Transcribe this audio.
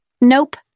Nope